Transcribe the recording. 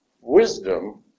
Wisdom